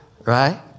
right